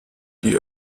die